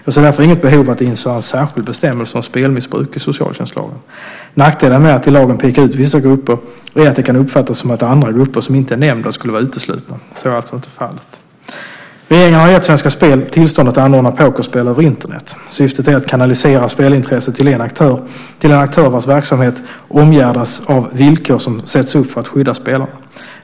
Jag ser därför inget behov att införa en särskild bestämmelse om spelmissbruk i socialtjänstlagen. Nackdelen med att i lagen peka ut vissa grupper är att det kan uppfattas som att andra grupper, som inte är nämnda, skulle vara uteslutna. Så är alltså inte fallet. Regeringen har gett Svenska Spel tillstånd att anordna pokerspel över Internet. Syftet är att kanalisera spelintresset till en aktör vars verksamhet omgärdas av villkor som sätts upp för att skydda spelarna.